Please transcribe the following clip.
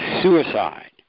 suicide